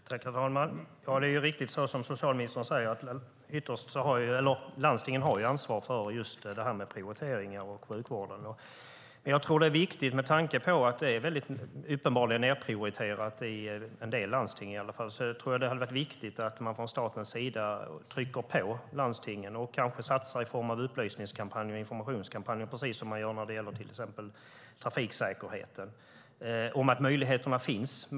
Herr talman! Ja, det är riktigt, som socialministern säger, att landstingen har ansvar för just prioriteringar och sjukvården. Men jag tror att det är viktigt, med tanke på att det uppenbarligen är nedprioriterat i en del landsting, att man från statens sida trycker på landstingen och kanske satsar i form av upplysningskampanjer och informationskampanjer, precis som man gör till exempel när det gäller trafiksäkerheten, om att möjligheterna finns.